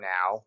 Now